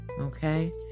Okay